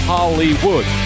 Hollywood